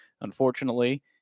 unfortunately